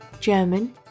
German